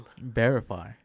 Verify